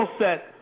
set